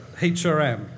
HRM